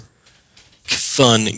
fun